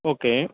okay